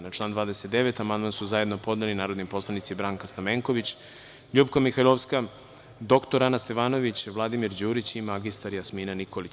Na član 29. amandman su zajedno podneli narodni poslanici Branka Stamenković, LJupka Mihajlovska, dr Ana Stevanović, Vladimir Đurić i mr Jasmina Nikolić.